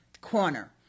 Corner